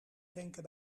tanken